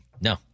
No